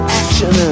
action